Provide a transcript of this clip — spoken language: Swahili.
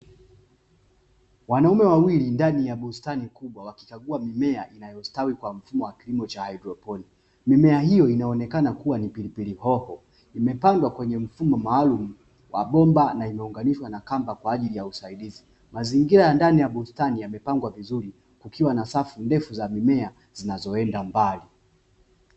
Wanaume wawili ndani ya bustani kubwa wakikagua mimea inayostawi kwa mfumo wa kilimo cha hydroponi, mimea hiyo inaonekana kuwa ni pilipili hoho imepandwa kwenye mfumo maalum wa bomba na imeunganishwa na kamba kwa ajili ya usaidizi, mazingira ya ndani ya bustani yamepangwa vizuri kukiwa na safu ndefu za mimea zinazoenda mbali.